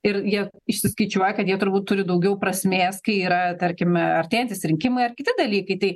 ir jie išsiskaičiuoja kad jie turbūt turi daugiau prasmės kai yra tarkime artėjantys rinkimai ar kiti dalykai tai